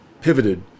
pivoted